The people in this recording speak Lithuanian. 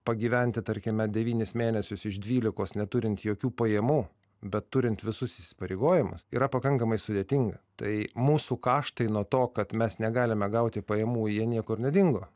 pagyventi tarkime devynis mėnesius iš dvylikos neturint jokių pajamų bet turint visus įsipareigojimus yra pakankamai sudėtinga tai mūsų kaštai nuo to kad mes negalime gauti pajamų jie niekur nedingo